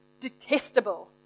detestable